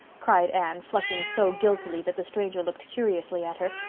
cried anne, flushing so guiltily that the stranger looked curiously at her,